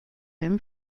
him